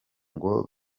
ngo